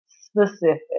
Specific